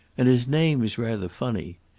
and his name's rather funny.